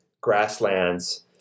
grasslands